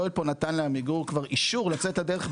יואל פה נתן לעמיגור כבר אישור לצאת לדרך,